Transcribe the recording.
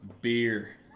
beer